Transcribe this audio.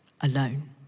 alone